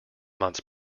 months